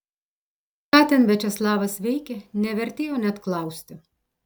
ką ten viačeslavas veikė nevertėjo net klausti